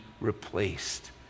replaced